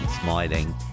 smiling